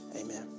Amen